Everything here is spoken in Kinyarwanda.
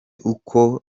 uko